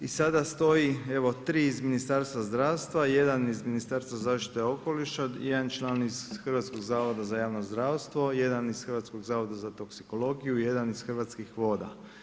I sada stoji evo, 3 iz Ministarstva zdravstva i 1 iz Ministarstva zaštite okoliša, jedan član iz Hrvatskog zavoda za javno zdravstvo, jedan iz Hrvatskog zavoda za toksikologiju, jedan iz Hrvatskih voda.